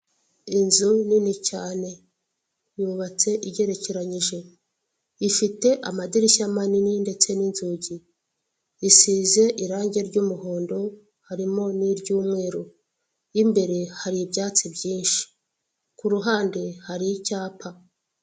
Inzu nini cyane yubatse igerekeranyije ifite amadirishya manini ndetse n'inzugi, isize irange ry'umuhondo harimo n'iry'umweru, imbere hari ibyatsi byinshi, ku ruhande hari icyapa.